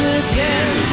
again